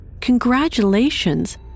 Congratulations